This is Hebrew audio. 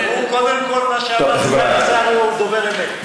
קודם כול, מה שאמר סגן השר, הוא דובר אמת.